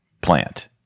plant